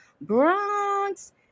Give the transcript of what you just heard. Bronx